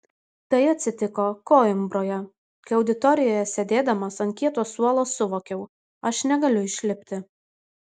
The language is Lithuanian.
tai atsitiko koimbroje kai auditorijoje sėdėdamas ant kieto suolo suvokiau aš negaliu išlipti